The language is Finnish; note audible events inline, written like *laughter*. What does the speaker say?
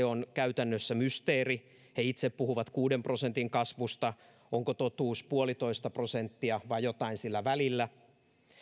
*unintelligible* on käytännössä mysteeri he itse puhuvat kuuden prosentin kasvusta onko totuus puolitoista prosenttia vai jotain sillä välillä